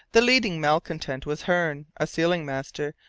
the leading malcontent was hearne, a sealing-master,